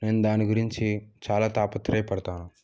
నేను దాని గురుంచి చాలా తాపత్రయపడతాను